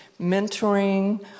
mentoring